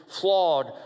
flawed